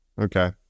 okay